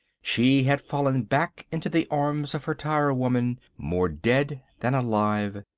she had fallen back into the arms of her tire-women more dead than alive.